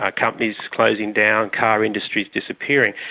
ah companies closing down, car industries disappearing.